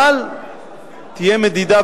אבל תהיה מדידה.